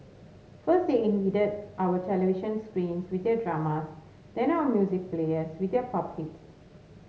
first they invaded our television screens with their dramas then our music players with their pop hits